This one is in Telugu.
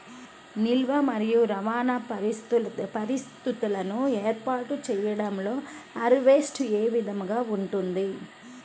నిల్వ మరియు రవాణా పరిస్థితులను ఏర్పాటు చేయడంలో హార్వెస్ట్ ఏ విధముగా ఉంటుంది?